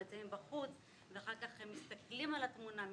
מצלמים בחוץ ואחר כך הם מסתכלים על התמונה,